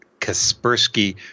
Kaspersky